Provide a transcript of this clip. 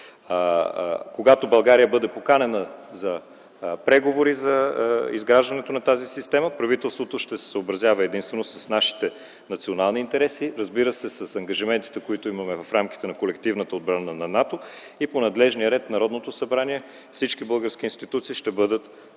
Когато България бъде поканена за преговори за изграждането на тази система, правителството ще се съобразява единствено с нашите национални интереси, разбира се, с ангажиментите, които имаме в рамките на колективната отбрана на НАТО и по надлежния ред Народното събрание и всички български институции ще бъдат